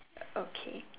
okay